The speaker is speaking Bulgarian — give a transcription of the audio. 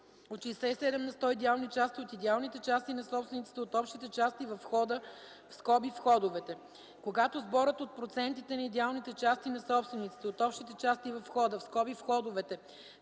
от 67 на сто идеални части от идеалните части на собствениците от общите части във входа (входовете). Когато сборът от процентите на идеалните части на собствениците от общите части във входа (входовете)